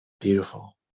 Beautiful